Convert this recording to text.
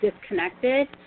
disconnected